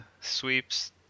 sweeps